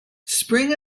spring